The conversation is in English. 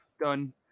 done